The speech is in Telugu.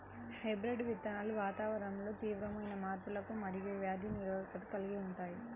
హైబ్రిడ్ విత్తనాలు వాతావరణంలో తీవ్రమైన మార్పులకు మరియు వ్యాధి నిరోధకతను కలిగి ఉంటాయి